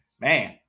Man